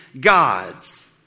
God's